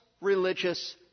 religious